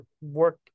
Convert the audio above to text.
work